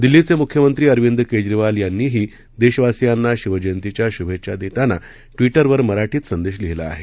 दिल्लीचे मुख्यमंत्री अरविंद केजरीवाल यांनीही देशवासीयांना शिवजयंतीच्या शूभेच्छा देताना ट्विटरवर मराठीत संदेश लिहीला आहे